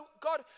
God